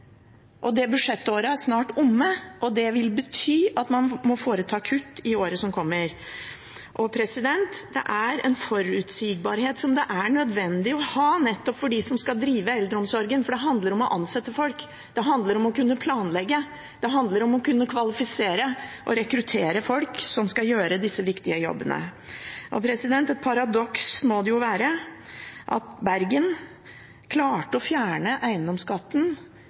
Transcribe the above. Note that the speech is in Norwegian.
snart omme, og det vil bety at man må foreta kutt i året som kommer. Dette handler om en forutsigbarhet som det er nødvendig å ha for nettopp dem som skal drive eldreomsorgen, for det handler om å ansette folk, om å kunne planlegge, om å kunne kvalifisere og rekruttere folk til å gjøre disse viktige jobbene. Det må jo være et paradoks at Bergen klarte å fjerne eiendomsskatten